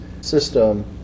system